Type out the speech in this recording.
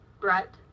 Brett